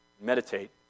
Meditate